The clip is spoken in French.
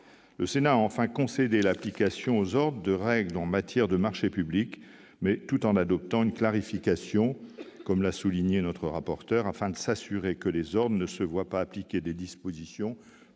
Le Sénat a enfin concédé l'application aux ordres des règles en matière de marchés publics, tout en adoptant une clarification- comme l'a souligné Mme la rapporteur -, afin de s'assurer que les ordres ne se voient pas appliquer des dispositions